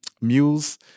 mules